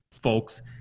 folks